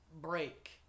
break